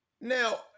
Now